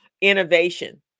innovation